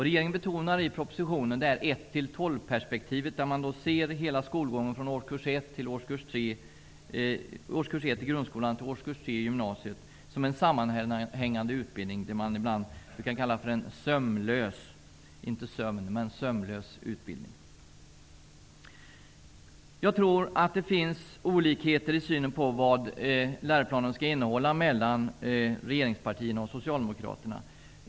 Regeringen betonar i propositionen 1--12-perspektivet, där man ser hela skolgången från årskurs ett i grundskolan till årskurs tre i gymnasiet som en sammanhängande utbildning. Man brukar ibland kalla den en sömlös utbildning. Jag tror att det finns olikheter mellan regeringspartierna och Socialdemokraterna i synen på vad läroplanen skall innehålla.